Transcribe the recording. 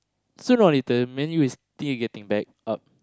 soon or later Man-U is still getting back up